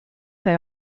they